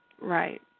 Right